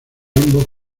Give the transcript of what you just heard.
ambos